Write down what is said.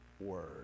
word